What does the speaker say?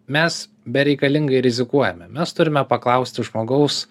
mes bereikalingai rizikuojame mes turime paklausti žmogaus